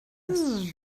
ist